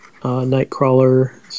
Nightcrawler